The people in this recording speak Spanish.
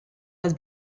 las